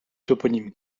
toponyme